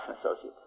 Associates